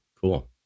cool